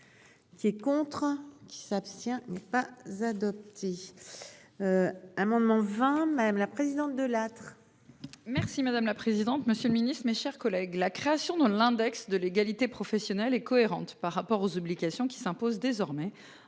Qui est contre qui s'abstient. Pas adopté. Un moment vend même la présidente de être. Merci madame la présidente. Monsieur le Ministre, mes chers collègues, la création dans l'index de l'égalité professionnelle et cohérente par rapport aux obligations qui s'imposent désormais